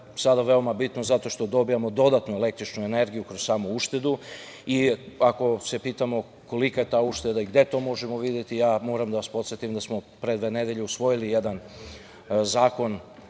sada veoma bitno, zato što dobijamo dodatnu električnu energiju kroz samu uštedu. Ako se pitamo kolika je ta ušteda i gde to možemo videti, ja moram da vas podsetim da smo pre dve nedelje usvojili jedan zakon,